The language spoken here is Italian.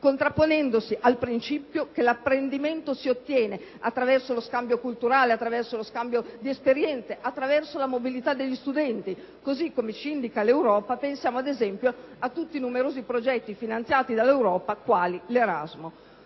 contrapponendosi al principio che l'apprendimento si ottiene attraverso lo scambio culturale, attraverso lo scambio di esperienze, attraverso la mobilità degli studenti. Così come ci indica l'Europa, pensiamo ad esempio a tutti i numerosi progetti finanziati dall'Europa, quali l'Erasmus.